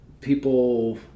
people